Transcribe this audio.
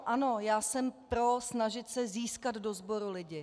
Ano, já jsem pro snažit se získat do sboru lidi.